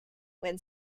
when